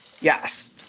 Yes